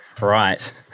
right